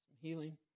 healing